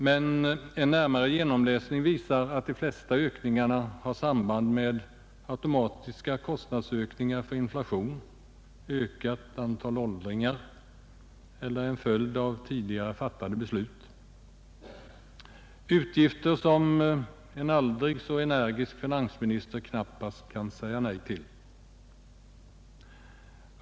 Men en närmare genomläsning visar att de flesta ökningarna har samband med automatiska kostnadsstegringar till följd av inflation eller ett ökat antal åldringar eller är en följd av tidigare fattade beslut — utgifter som en aldrig så energisk finansminister knappast kan säga nej till.